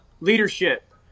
Leadership